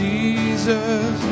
Jesus